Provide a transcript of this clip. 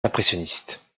impressionnistes